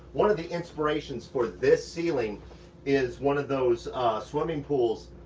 one of the inspirations for this ceiling is one of those swimming pools.